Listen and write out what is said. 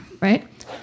Right